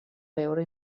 veure